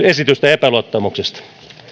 esitystä epäluottamuksesta